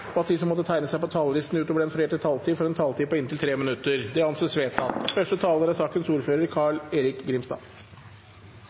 og at de som måtte tegne seg på talerlisten utover den fordelte taletid, får en taletid på inntil 3 minutter. – Det anses vedtatt.